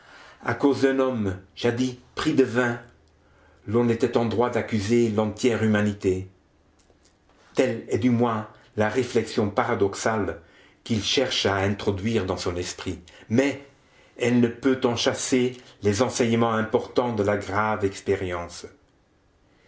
à cause d'un homme jadis pris de vin l'on était en droit d'accuser l'entière humanité telle est du moins la réflexion paradoxale qu'il cherche à introduire dans son esprit mais elle ne peut en chasser les enseignements importants de la grave expérience